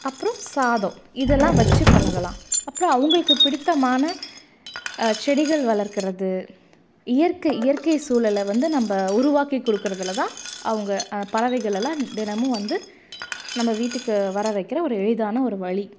அப்புறம் சாதம் இதெல்லாம் வச்சி பழகலாம் அப்புறம் அவங்களுக்கு பிடித்தமான செடிகள் வளர்க்குறது இயற்கை இயற்கை சூழலை வந்து நம்ப உருவாக்கி கொடுக்குறதுலதான் அவங்க பறவைகளைலாம் தினமும் வந்து நம்ம வீட்டுக்கு வர வைக்கிற ஒரு எளிதான ஒரு வழி